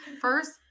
first